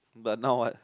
but now what